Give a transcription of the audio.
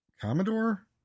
Commodore